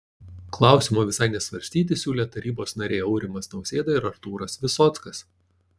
klausimo visai nesvarstyti siūlė tarybos nariai aurimas nausėda ir artūras visockas